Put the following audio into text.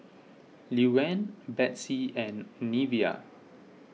Luann Betsey and Neveah